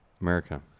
america